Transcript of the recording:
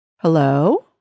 Hello